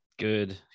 Good